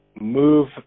move